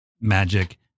Magic